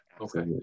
Okay